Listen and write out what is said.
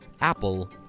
Apple